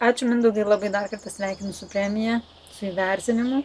ačiū mindaugai labai dar kartą sveikinu su premija su įvertinimu